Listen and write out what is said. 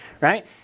right